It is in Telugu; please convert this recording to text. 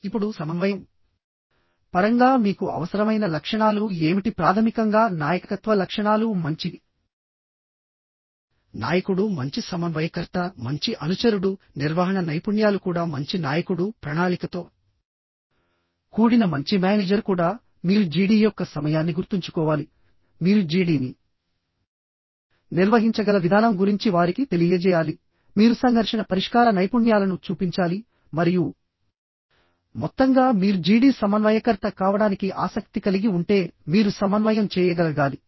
ఇప్పుడు సమన్వయం పరంగా మీకు అవసరమైన లక్షణాలు ఏమిటి ప్రాథమికంగా నాయకత్వ లక్షణాలు మంచి నాయకుడు మంచి సమన్వయకర్త మంచి అనుచరుడు నిర్వహణ నైపుణ్యాలు కూడా మంచి నాయకుడు ప్రణాళికతో కూడిన మంచి మేనేజర్ కూడా మీరు GD యొక్క సమయాన్ని గుర్తుంచుకోవాలి మీరు GDని నిర్వహించగల విధానం గురించి వారికి తెలియజేయాలి మీరు సంఘర్షణ పరిష్కార నైపుణ్యాలను చూపించాలి మరియు మొత్తంగా మీరు GD సమన్వయకర్త కావడానికి ఆసక్తి కలిగి ఉంటే మీరు సమన్వయం చేయగలగాలి